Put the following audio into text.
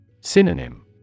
Synonym